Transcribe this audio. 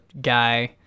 guy